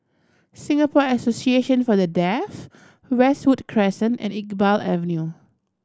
Singapore Association For The Deaf Westwood Crescent and Iqbal Avenue